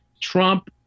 Trump